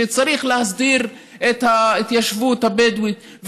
שצריך להסדיר את ההתיישבות הבדואית,